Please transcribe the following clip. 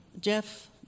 Jeff